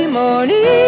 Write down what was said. morning